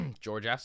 george